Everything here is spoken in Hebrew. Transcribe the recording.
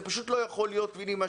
זה פשוט לא יכול להימשך.